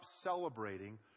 celebrating